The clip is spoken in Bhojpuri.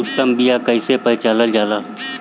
उत्तम बीया कईसे पहचानल जाला?